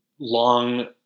Long